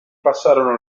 passarono